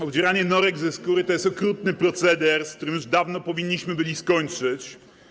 Obdzieranie norek ze skóry to jest okrutny proceder, z którym już dawno powinniśmy skończyć.